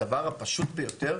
הדבר הפשוט ביותר,